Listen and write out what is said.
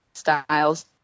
styles